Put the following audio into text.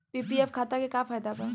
PPF खाता के का फायदा बा?